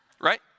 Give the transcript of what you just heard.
right